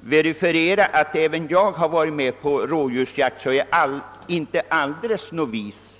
bekräfta att även jag varit med om rådjursjakt, varför jag inte alldeles är novis.